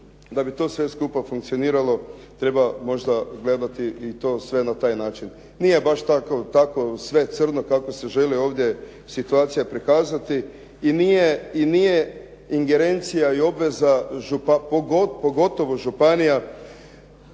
da bi to sve skupa funkcioniralo treba možda gledati i to sve na taj način. Nije baš tako sve crno kako se želi ovdje situacija prikazati i nije ingerencija i obveza pogotovo županija.